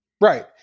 Right